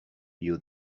you